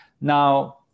Now